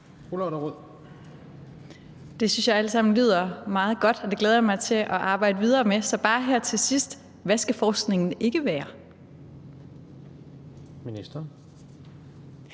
Det synes jeg alt sammen lyder meget godt, og det glæder jeg mig til at arbejde videre med. Så bare her til sidst: Hvad skal forskningen ikke være?